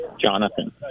Jonathan